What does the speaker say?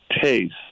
taste